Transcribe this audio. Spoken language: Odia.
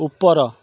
ଉପର